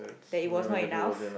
that it was not enough